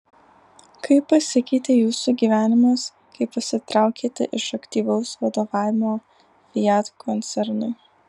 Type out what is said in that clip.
kaip pasikeitė jūsų gyvenimas kai pasitraukėte iš aktyvaus vadovavimo fiat koncernui